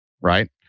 Right